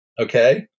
okay